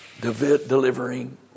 Delivering